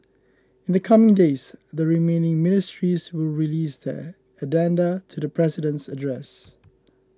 in the coming days the remaining ministries will release their addenda to the President's address